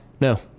No